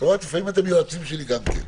את רואה, לפעמים אתם יועצים שלי גם כן.